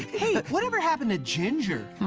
hey, whatever happened to ginger?